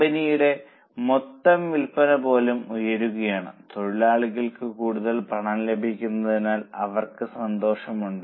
കമ്പനിയുടെ മൊത്തം വിൽപ്പന പോലും ഉയരുകയാണ് തൊഴിലാളികൾക്ക് കൂടുതൽ പണം ലഭിക്കുന്നതിനാൽ അവർക്ക് സന്തോഷമുണ്ട്